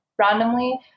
randomly